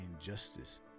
injustice